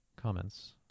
comments